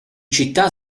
città